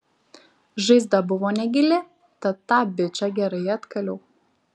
žaizda buvo negili tad tą bičą gerai atkaliau